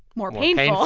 more painful.